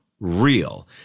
Real